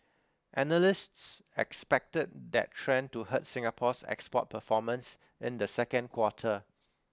analysts expected that trend to hurt Singapore's export performance in the second quarter